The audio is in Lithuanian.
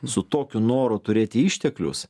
su tokiu noru turėti išteklius